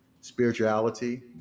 spirituality